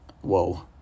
whoa